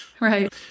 Right